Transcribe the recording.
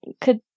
could-